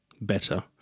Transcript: better